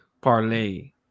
Parlay